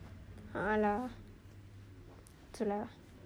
a'ah lah itu lah